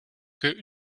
que